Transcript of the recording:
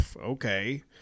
okay